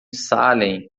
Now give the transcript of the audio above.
salem